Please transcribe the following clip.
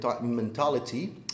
mentality